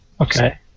Okay